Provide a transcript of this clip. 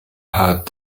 had